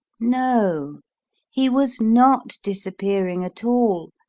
no he was not disappearing at all,